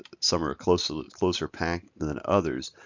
some are closer closer packed than than others.